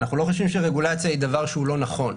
אנחנו לא חושבים שרגולציה היא דבר שלא נכון.